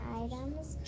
items